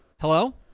Hello